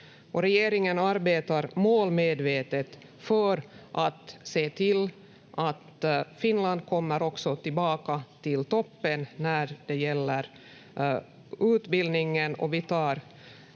Regeringen arbetar målmedvetet för att se till att Finland också kommer tillbaka till toppen när det gäller utbildningen, och vi tar